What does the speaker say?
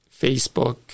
Facebook